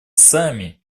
сами